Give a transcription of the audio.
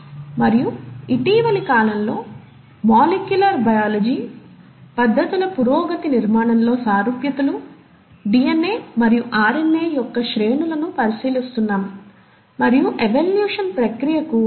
మరియు ఇటీవలి కాలంలో మాలిక్యూలర్ బయాలజీ పద్ధతుల పురోగతి నిర్మాణంలో సారూప్యతలు డిఎన్ఏ మరియు ఆర్ఎన్ఏ యొక్క శ్రేణులను పరిశీలిస్తున్నాము మరియు ఎవల్యూషన్ ప్రక్రియకు దీనిని లింక్ చేస్తున్నాము